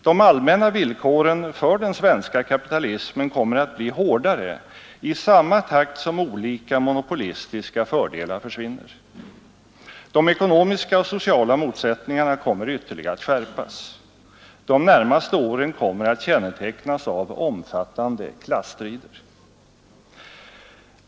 De allmänna villkoren för den svenska kapitalismen kommer att bli hårdare i samma takt som olika monopo listiska fördelar försvinner. De ekonomiska och sociala motsättningarna kommer ytterligare att skärpas. De närmaste åren kommer att kännetecknas av om fattande klasstrider.